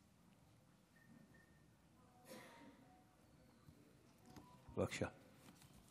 בבקשה.